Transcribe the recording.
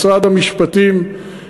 משרד המשפטים,